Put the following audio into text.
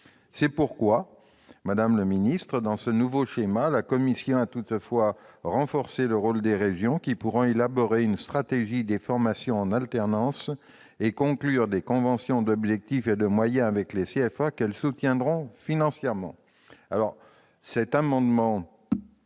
C'est pourquoi, madame la ministre, dans ce nouveau schéma, la commission a toutefois renforcé le rôle des régions, qui pourront élaborer une stratégie des formations en alternance et conclure des conventions d'objectifs et de moyens avec les CFA qu'elles soutiendront financièrement.